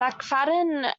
mcfadden